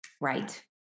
right